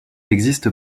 existe